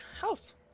house